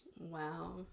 Wow